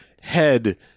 head